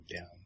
down